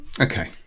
Okay